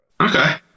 Okay